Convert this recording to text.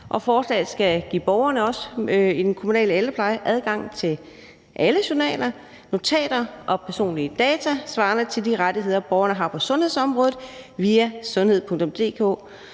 forslaget skal også give borgerne i den kommunale ældrepleje adgang til alle journaler, notater og personlige data svarende til de rettigheder, borgerne har på sundhedsområdet via sundhed.dk,